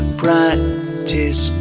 practice